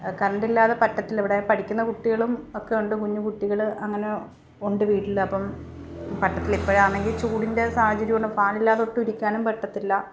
കറണ്ടില്ലാതെ പറ്റത്തില്ല ഇവിടെ പഠിക്കുന്ന കുട്ടികളും ഒക്കെ ഉണ്ട് കുഞ്ഞു കുട്ടികൾ അങ്ങനെ ഉണ്ട് വീട്ടിൽ അപ്പം വട്ടത്തിൽ ഇപ്പോഴാണെങ്കിൽ ചൂടിൻ്റെ സാഹചര്യം ഉണ്ട് ഫാനില്ലാതെ ഒട്ടും ഇരിക്കാനും പറ്റത്തില്ല